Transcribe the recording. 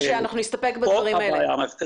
אנחנו נסתפק בדברים האלה.